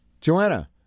Joanna